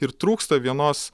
ir trūksta vienos